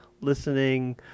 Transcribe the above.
listening